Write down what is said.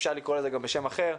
אפשר לקרוא לזה גם בשם אחר.